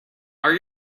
are